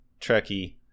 Trekkie